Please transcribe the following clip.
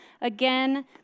Again